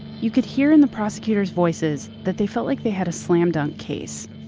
you could hear in the prosecutors' voices that they felt like they had a slam dunk case.